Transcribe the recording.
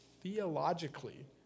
theologically